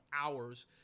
hours